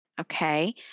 okay